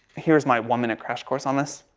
here's my one-minute crash course on this.